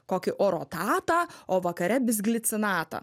kokį orotatą o vakare bisglicinatą